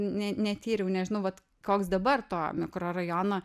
ne netyriau nežinau vat koks dabar to mikrorajono